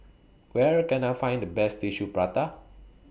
Where Can I Find The Best Tissue Prata